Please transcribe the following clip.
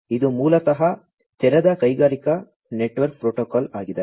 ಇದು ಮೂಲತಃ ತೆರೆದ ಕೈಗಾರಿಕಾ ನೆಟ್ವರ್ಕ್ ಪ್ರೋಟೋಕಾಲ್ ಆಗಿದೆ